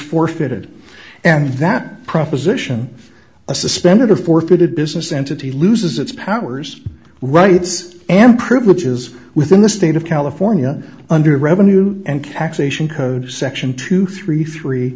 forfeited and that proposition of a suspended or forfeited business entity loses its powers rights and privileges within the state of california under revenue and actually asian code section two three three